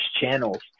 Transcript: channels